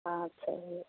ஆ சரி